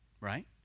right